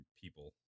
people